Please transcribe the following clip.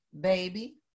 baby